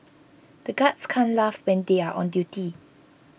the guards can't laugh when they are on duty